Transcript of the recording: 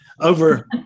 over